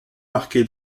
marqué